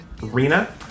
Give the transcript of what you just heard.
Rina